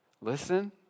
Listen